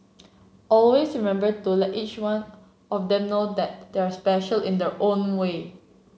always remember to let each one of them know that they are special in their own way